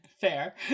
fair